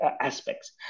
aspects